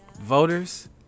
voters